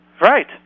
Right